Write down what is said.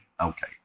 Okay